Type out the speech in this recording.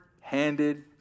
handed